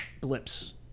blips